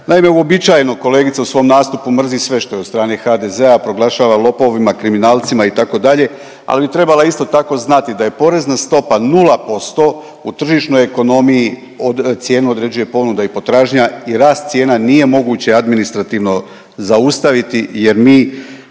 Naime uobičajeno kolegica u svom nastupu mrzi sve što je od strane HDZ-a, proglašava lopovima, kriminalcima itd., ali bi trebala isto tako znati da je porezna stopa 0%, u tržišnoj ekonomiji cijenu određuje ponuda i potražnja i rast cijena nije moguće administrativno zaustaviti jer mi